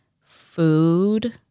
food